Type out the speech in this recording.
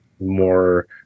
more